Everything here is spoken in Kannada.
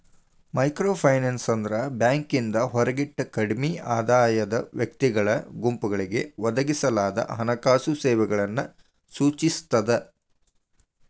ಮೈಕ್ರೋಫೈನಾನ್ಸ್ ಅಂದ್ರ ಬ್ಯಾಂಕಿಂದ ಹೊರಗಿಟ್ಟ ಕಡ್ಮಿ ಆದಾಯದ ವ್ಯಕ್ತಿಗಳ ಗುಂಪುಗಳಿಗೆ ಒದಗಿಸಲಾದ ಹಣಕಾಸು ಸೇವೆಗಳನ್ನ ಸೂಚಿಸ್ತದ